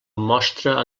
mostra